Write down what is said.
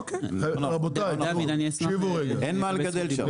אין מה לגדל שם.